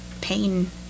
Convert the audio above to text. pain